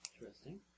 Interesting